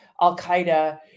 Al-Qaeda